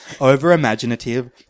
over-imaginative